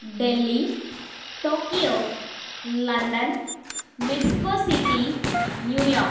Delhi Tokyo London Mexico City New York